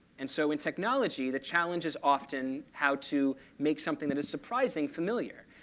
and so in technology, the challenge is often how to make something that is surprising familiar.